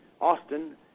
Austin